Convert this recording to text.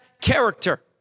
character